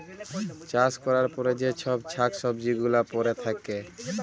চাষ ক্যরার পরে যে চ্ছব শাক সবজি গুলা পরে থাক্যে